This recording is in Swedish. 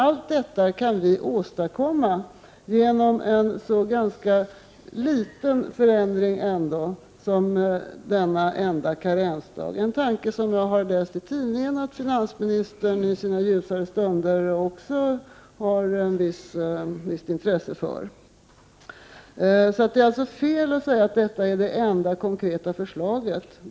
Allt detta kan vi åstadkomma genom en så liten förändring som denna enda karensdag. Det är en tanke som jag har läst i tidningen att också finansministern i sina ljusare stunder har ett visst intresse för. Det är alltså fel att säga att detta är det enda konkreta förslaget.